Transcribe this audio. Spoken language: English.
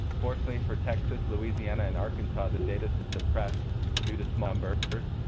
unfortunately, for texas, louisiana, and arkansas, the data is suppressed due to small numbers.